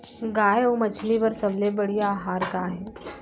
गाय अऊ मछली बर सबले बढ़िया आहार का हे?